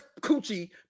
coochie